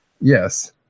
Yes